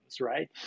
right